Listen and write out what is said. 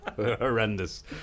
horrendous